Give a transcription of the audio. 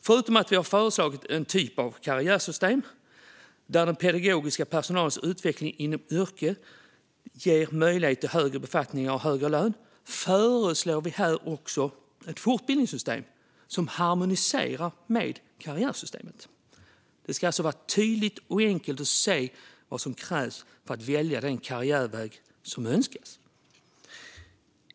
Förutom att vi har föreslagit en typ av karriärsystem, där den pedagogiska personalens utveckling inom yrket ger möjlighet till högre befattning och högre lön, föreslår vi ett fortbildningssystem som harmoniserar med karriärsystemet. Det ska vara tydligt och enkelt att se vad som krävs för att välja den karriärväg som önskas.